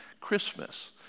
Christmas